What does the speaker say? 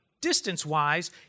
Distance-wise